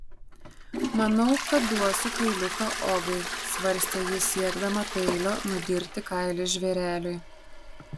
manau kad duosiu kailiuką ogai svarstė ji siekdama peilio nudirti kailį žvėreliui